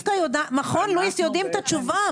מכון לואיס יודעים את התשובה.